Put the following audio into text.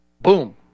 boom